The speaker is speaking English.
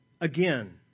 again